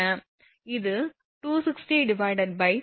இது 260 √3 150